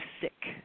sick